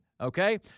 Okay